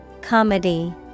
Comedy